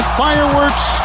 fireworks